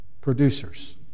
producers